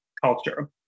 culture